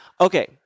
Okay